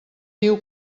diu